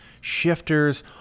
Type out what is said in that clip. shifters